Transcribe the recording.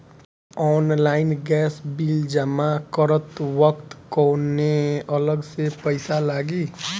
Online gas bill जमा करत वक्त कौने अलग से पईसा लागी?